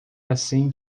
assim